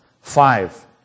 five